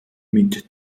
mit